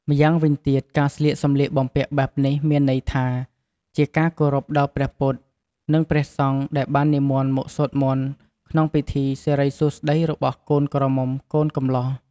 ម្យ៉ាងវិញទៀត ការស្លៀកសម្លៀកបំពាក់បែបនេះមានន័យថា ជាការគោរពដល់ព្រះពុទ្ធ និងព្រះសង្ឃ ដែលបាននិមន្តមកសូត្រមន្តក្នុងពិធីសិរីសួស្តីរបស់កូនក្រមុំកូនកម្លោះ។